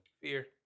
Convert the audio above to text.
Fear